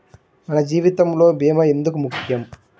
మన జీవితములో భీమా ఎందుకు ముఖ్యం?